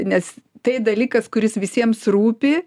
nes tai dalykas kuris visiems rūpi